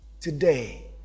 Today